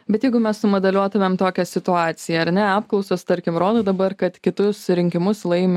bet jeigu mes sumodeliuotumėm tokią situaciją ar ne apklausos tarkim rodo dabar kad kitus rinkimus laimi